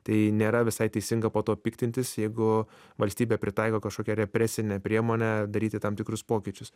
tai nėra visai teisinga po to piktintis jeigu valstybė pritaiko kažkokią represinę priemonę daryti tam tikrus pokyčius